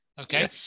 Okay